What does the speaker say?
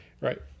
Right